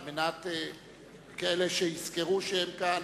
כאלה שיזכרו שהם כאן,